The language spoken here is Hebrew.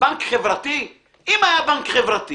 בנק חברתי, אם היה בנק חברתי